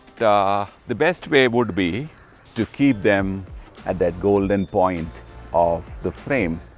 ah the best way would be to keep them at that golden point of the frame,